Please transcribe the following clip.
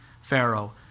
Pharaoh